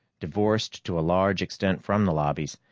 divorced to a large extent from the lobbies,